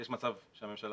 יש מצב שהממשלה